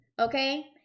okay